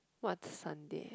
what Sunday